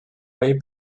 way